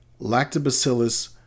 Lactobacillus